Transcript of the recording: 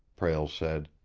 prale said.